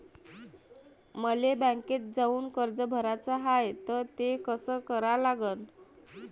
मले बँकेत जाऊन कर्ज भराच हाय त ते कस करा लागन?